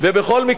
בכל מקרה,